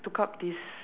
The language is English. took up this